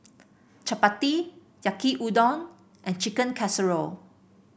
Chapati Yaki Udon and Chicken Casserole